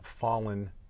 fallen